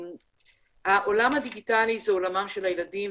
העולם הדיגיטלי הוא עולמם של הילדים,